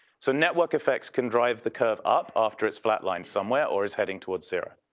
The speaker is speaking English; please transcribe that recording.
so network effects can drive the curve up after it's flatlined somewhere or is heading towards zero.